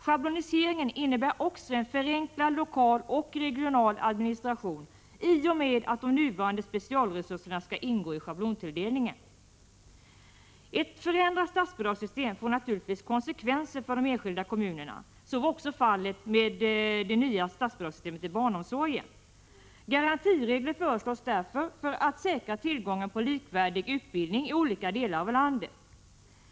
Schabloniseringen innebär också en förenklad lokal och regional administration i och med att de nuvarande specialresurserna skall ingå i schablontilldelningen. Ett förändrat statsbidragssystem får naturligtvis konsekvenser för de enskilda kommunerna. Så var också fallet med det nya statsbidragssystemet för barnomsorgen. Garantiregler föreslås därför för att säkra tillgången på likvärdig utbildning i olika delar av landet.